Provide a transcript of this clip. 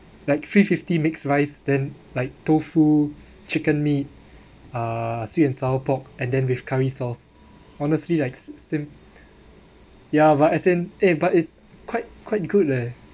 like three fifty mixed rice then like tofu chicken meat uh sweet and sour pork and then with curry sauce honestly right since ya but as in eh but it's quite quite good leh